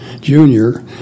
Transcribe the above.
Junior